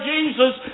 Jesus